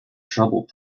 trouble